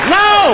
no